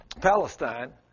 Palestine